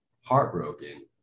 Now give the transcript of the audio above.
heartbroken